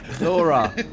laura